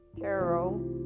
tarot